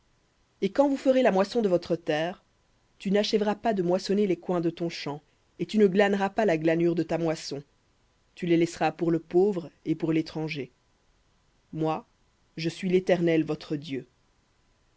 et quand vous ferez la moisson de votre terre tu n'achèveras pas de moissonner les coins de ton champ et tu ne glaneras pas la glanure de ta moisson et tu ne grappilleras pas ta vigne ni ne recueilleras les grains tombés de ta vigne tu les laisseras pour le pauvre et pour l'étranger moi je suis l'éternel votre dieu